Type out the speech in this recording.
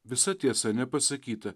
visa tiesa nepasakyta